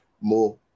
more